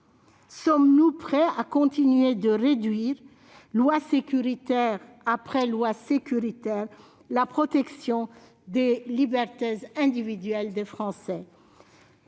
Sommes-nous prêts à continuer de réduire, loi sécuritaire après loi sécuritaire, la protection des libertés individuelles des Français ?